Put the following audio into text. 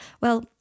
Well